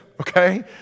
okay